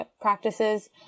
practices